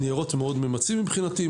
אלה ניירות מאוד ממצים מבחינתי.